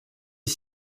est